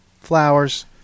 flowers